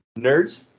Nerds